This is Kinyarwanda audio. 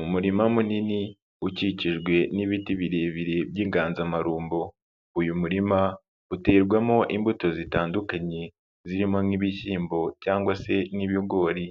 Umurima munini ukikijwe n'ibiti birebire by'inganzamarumbo, uyu murima uterwamo imbuto zitandukanye zirimo nk'ibishyimbo cyangwa se n'ibigori,